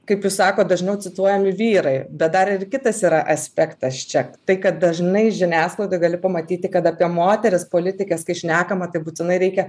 kaip jūs sakot dažniau cituojami vyrai bet dar ir kitas yra aspektas čia tai kad dažnai žiniasklaidoj gali pamatyti kad apie moteris politikes kai šnekama tai būtinai reikia